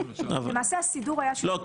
למעשה הסידור היה --- לא,